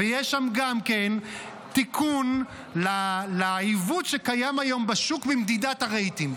ויש שם גם כן תיקון לעיוות שקיים היום בשוק במדידת הרייטינג.